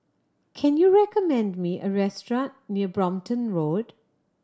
can you recommend me a restaurant near Brompton Road